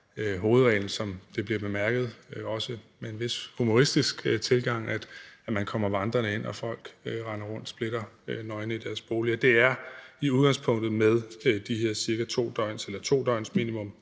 hovedreglen, som det bliver bemærket – også med en vis humoristisk tilgang – at man kommer vandrende ind, mens folk render rundt splitternøgne i deres boliger. Det er som udgangspunkt med de her minimum 2 døgns varsel,